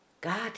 God